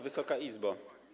Wysoka Izbo!